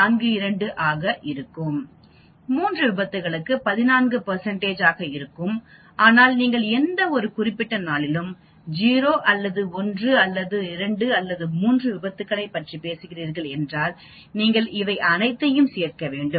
42 ஆக இருக்கும் 3 விபத்துகளுக்கு 14 ஆக இருக்கும் ஆனால் நீங்கள் எந்த குறிப்பிட்ட நாளிலும் 0 அல்லது 1 அல்லது 2 அல்லது 3 விபத்துக்களைப் பற்றி பேசுகிறீர்கள் என்றால் நீங்கள் இவை அனைத்தையும் சேர்க்க வேண்டும்